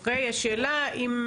השאלה היא,